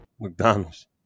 McDonald's